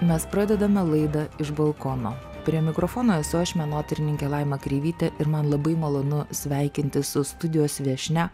mes pradedame laidą iš balkono prie mikrofono esu aš menotyrininkė laima kreivytė ir man labai malonu sveikintis su studijos viešnia